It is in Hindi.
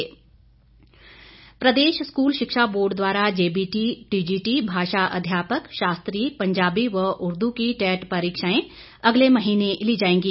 शिक्षा बोर्ड प्रदेश स्कूल शिक्षा बोर्ड द्वारा जेबीटी टीजीटी भाषा अध्यापक शास्त्री पंजाबी व उर्दू की टैट परीक्षाएं अगले महीने ली जाएंगी